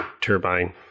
turbine